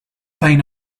pain